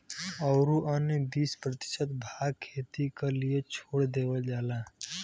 औरू अन्य बीस प्रतिशत भाग खेती क लिए छोड़ देवल जाला